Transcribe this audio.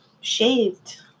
shaved